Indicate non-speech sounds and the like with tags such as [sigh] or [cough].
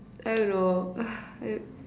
I don't know [noise] I